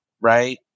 right